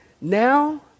now